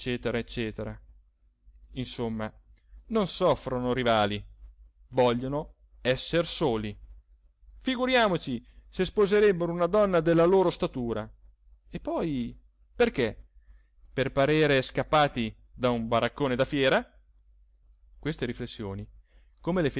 ecc insomma non soffrono rivali vogliono esser soli figuriamoci se sposerebbero una donna della loro statura e poi perché per parere scappati da un baraccone da fiera queste riflessioni come